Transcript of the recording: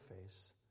face